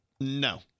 No